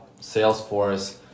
Salesforce